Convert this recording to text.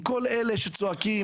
מכל אלה שצועקים